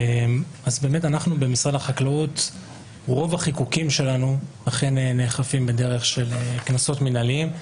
במשרד החקלאות רוב החיקוקים שלנו נאכפים בדרך של קנסות מינהליים.